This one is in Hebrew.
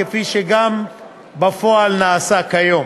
כפי שגם בפועל נעשה כיום.